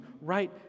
right